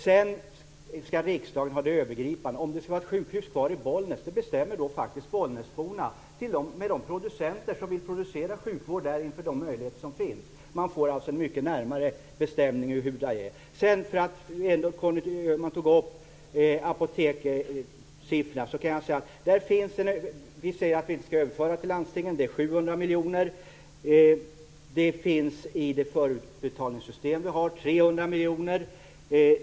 Sedan skall riksdagen ha det övergripande ansvaret. Om det skall vara ett sjukhus kvar i Bollnäs bestämmer faktiskt bollnäsborna tillsammans med de producenter som vill producera sjukvård där med de möjligheter som finns. Man får alltså en mycket närmare bestämning av hur det är. Conny Öhman tog upp apotekssiffrorna. Vi säger att vi inte skall överföra till landstingen. Det är 700 miljoner. I det förutbetalningssystem vi har finns 300 miljoner.